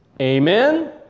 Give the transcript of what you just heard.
Amen